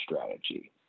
strategy